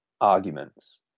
arguments